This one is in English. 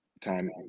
time